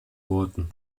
worten